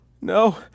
No